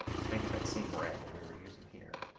let's make it that same red that we were using here.